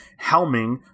helming